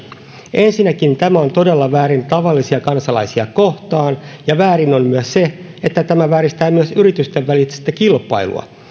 ensinnäkin tämä on todella väärin tavallisia kansalaisia kohtaan ja väärin on myös se että tämä vääristää myös yritysten välistä kilpailua